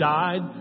died